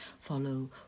Follow